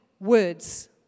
words